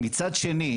מצד שני,